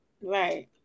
Right